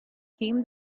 came